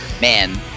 Man